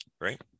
right